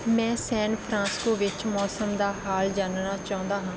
ਮੈਂ San Francisco ਵਿੱਚ ਮੌਸਮ ਦਾ ਹਾਲ ਜਾਣਨਾ ਚਾਹੁੰਦਾ ਹਾਂ